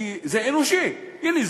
כי זה אנושי: הנה,